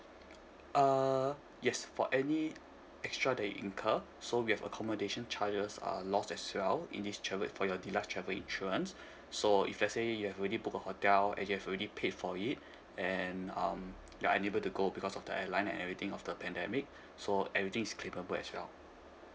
uh yes for any extra that you incur so we have accommodation charges are lost as well in this travel for your deluxe travel insurance so if let's say you have already booked a hotel and you have already paid for it and um you're unable to go because of the airline and everything of the pandemic so everything is claimable as well